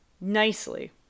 nicely